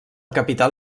capital